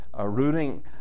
rooting